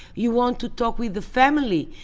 you want to talk with the family,